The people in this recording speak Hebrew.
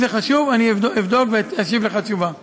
אם זה חשוב, אני אבדוק ואשיב לך תשובה.